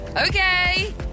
okay